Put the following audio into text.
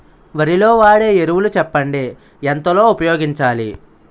వరిలో వాడే ఎరువులు చెప్పండి? ఎంత లో ఉపయోగించాలీ?